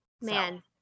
Man